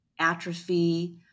atrophy